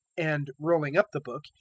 and rolling up the book,